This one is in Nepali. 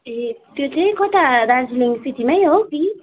त्यो चाहिँ कता दार्जिलिङ सिटीमै हो कि